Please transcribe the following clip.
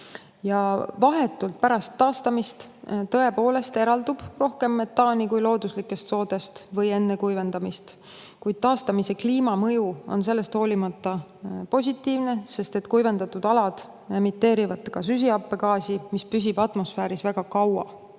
Vahetult pärast [soo] taastamist eraldub tõepoolest rohkem metaani kui looduslikest soodest või enne kuivendamist. Kuid taastamise kliimamõju on sellest hoolimata positiivne, sest kuivendatud alad emiteerivad ka süsihappegaasi, mis püsib atmosfääris väga kaua.